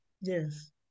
Yes